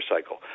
cycle